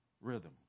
Rhythm